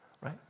right